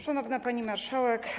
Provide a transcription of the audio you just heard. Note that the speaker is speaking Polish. Szanowna Pani Marszałek!